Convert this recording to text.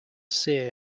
cyr